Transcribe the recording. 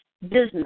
business